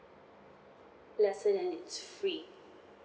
lesser then it's free